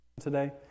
today